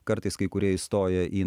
kartais kai kurie įstoja į